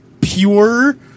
pure